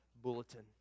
bulletin